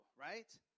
right